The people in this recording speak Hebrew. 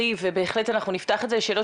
אנחנו בעד לא אמרתי את זה כביקורת,